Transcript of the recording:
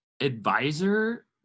advisor